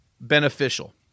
beneficial